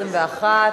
21,